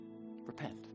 repent